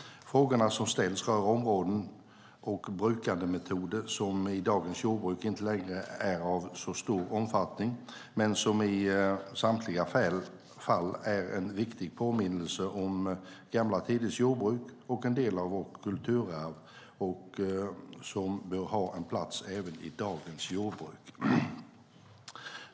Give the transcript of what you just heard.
Frågorna som ställs rör områden och brukningsmetoder som i dagens jordbruk inte längre är av så stor omfattning men som i samtliga fall är en viktig påminnelse om gamla tiders jordbruk och en del av vårt kulturarv och som bör ha en plats även i dagens jordbruk.